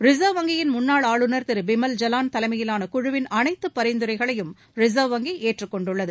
reserve வங்கியின் முன்னாள் ஆளுநர் திரு பிமல் ஜவாள் தலைமையிலான குழுவின் அனைத்து பரிந்துரைகளையும் ரிசா்வ் வங்கி ஏற்றுக்கொண்டுள்ளது